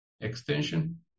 extension